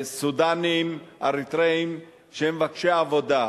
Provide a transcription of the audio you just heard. סודנים, אריתריאים, שהם מבקשי עבודה.